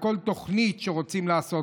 בכל תוכנית שרוצים לעשות,